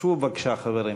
שבו בבקשה, חברים.